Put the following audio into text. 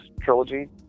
trilogy